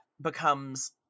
becomes